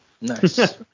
Nice